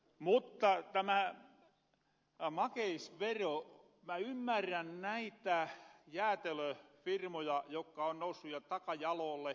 mutta tämä makeisvero mä ymmärrän näitä jäätelöfirmoja jokka on noussu jo takajaloolle